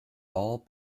all